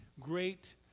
great